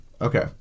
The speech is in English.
okay